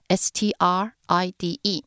stride